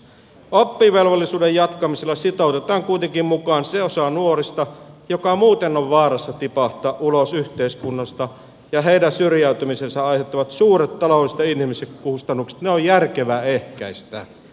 oppivelvollisuuden jatkamisella sitoutetaan kuitenkin mukaan se osa nuorista joka muuten on vaarassa tipahtaa ulos yhteiskunnasta ja heidän syrjäytymisestään aiheutuvat suuret taloudelliset ja inhimilliset kustannukset on järkevää ehkäistä